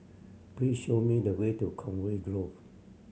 please show me the way to Conway Grove